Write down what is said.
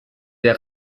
der